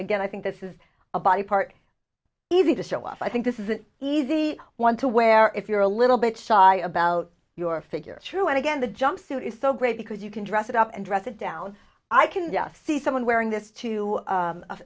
again i think this is a body part easy to show off i think this is an easy one to wear if you're a little bit shy about your figure true and again the jumpsuit is so great because you can dress it up and dress it down i can just see someone wearing this too